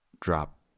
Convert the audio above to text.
drop